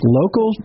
local